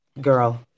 Girl